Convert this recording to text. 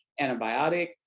antibiotic